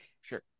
Sure